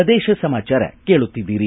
ಪ್ರದೇಶ ಸಮಾಚಾರ ಕೇಳುತ್ತಿದ್ದೀರಿ